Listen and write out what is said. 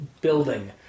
building